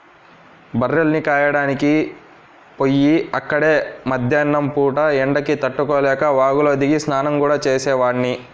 బర్రెల్ని కాయడానికి పొయ్యి అక్కడే మద్దేన్నం పూట ఎండకి తట్టుకోలేక వాగులో దిగి స్నానం గూడా చేసేవాడ్ని